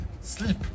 sleep